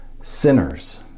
sinners